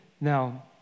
Now